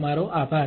તમારો આભાર